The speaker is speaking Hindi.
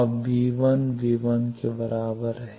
और V1 के बराबर है